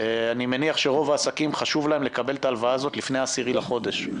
אני מניח שלרוב העסקים חשוב לקבל את ההלוואה הזאת לפני 10 בחודש,